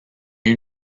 eut